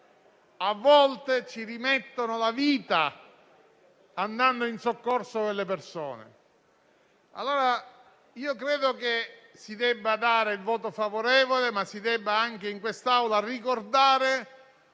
a volte ci rimettono la vita andando in soccorso delle persone. Allora credo che si debba esprimere un voto favorevole, ma si debba anche ricordare